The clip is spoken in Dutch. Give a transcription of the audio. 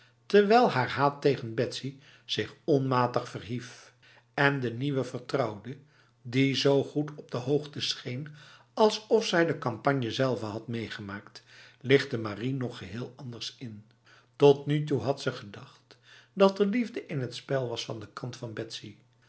terwijl haar haat tegen betsy zich onmatig verhief en de nieuwe vertrouwde die zo goed op de hoogte scheen alsof zij de campagne zelve had meegemaakt lichtte marie nog geheel anders in tot nu toe had ze gedacht dat er liefde in het spel was van de kant van betsy